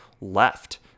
left